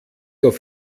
auf